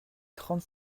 trente